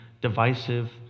divisive